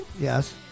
Yes